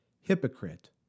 Hypocrite